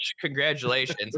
Congratulations